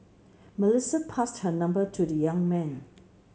Melissa passed her number to the young man